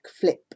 flip